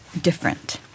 different